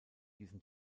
diesem